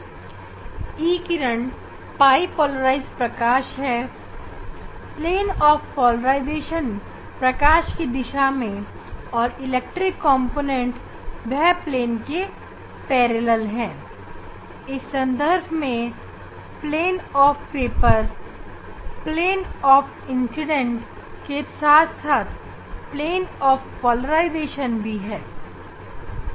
जब पोलराइजेशन का प्लेन और इंसिडेंट प्लेन समांतर होते हैं और प्रकाश की गति की दिशा में आने वाले इलेक्ट्रिक कॉम्पोनेंट इंसिडेंट प्लेन के समांतर होते हैं तो ऐसे पोलराइजेशन को पाई पोलराइजेशन कहते हैं